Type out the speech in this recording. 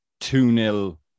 two-nil